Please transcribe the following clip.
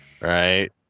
right